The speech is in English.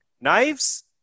Knives